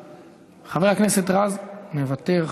מוותר,